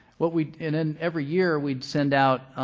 what we and then every year, we'd send out